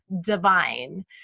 divine